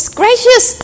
gracious